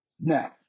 Now